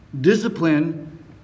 discipline